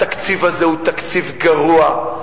התקציב הזה הוא תקציב גרוע,